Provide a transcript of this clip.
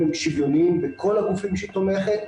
שוויוניים בכל הגופים שהיא תומכת בהם.